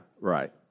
right